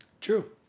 True